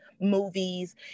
movies